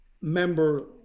member